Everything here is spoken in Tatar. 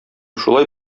шулай